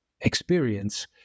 experience